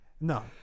no